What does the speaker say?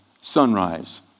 sunrise